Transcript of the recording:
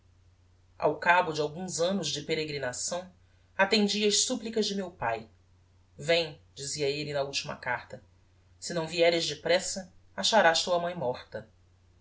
ao cabo de alguns annos de peregrinação attendi ás supplicas de meu pae vem dizia elle na ultima carta se não vieres depressa acharás tua mãe morta